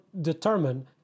determine